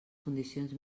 condicions